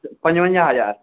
पंजवंजाहु हज़ार